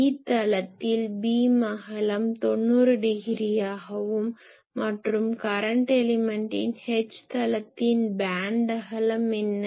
E தளத்தில் beam அகலம் 90 டிகிரியாகவும் மற்றும் கரண்ட் எலிமன்ட்டின் H தளத்தின் பேன்ட் அகலம் என்ன